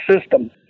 system